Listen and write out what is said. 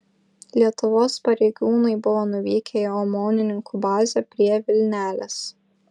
lietuvos pareigūnai buvo nuvykę į omonininkų bazę prie vilnelės